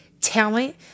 talent